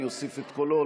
אני אוסיף את קולו,